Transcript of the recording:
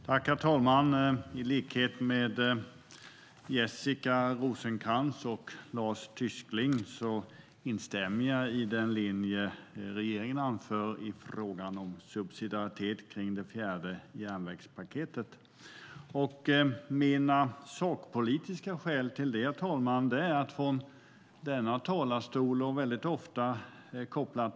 Herr talman! I likhet med Jessica Rosencrantz och Lars Tysklind instämmer jag i den linje regeringen anför i frågan om subsidiaritet när det gäller det fjärde järnvägspaketet.